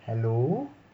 hello